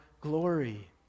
glory